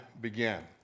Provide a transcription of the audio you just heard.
began